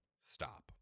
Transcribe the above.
stop